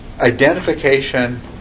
Identification